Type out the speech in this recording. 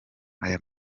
aya